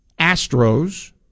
Astros